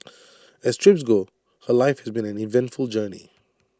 as trips go her life has been an eventful journey